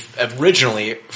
originally